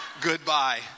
goodbye